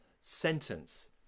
sentence